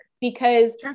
because-